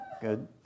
Good